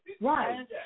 right